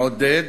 מעודד,